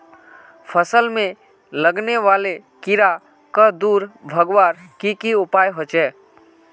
फसल में लगने वाले कीड़ा क दूर भगवार की की उपाय होचे?